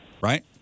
Right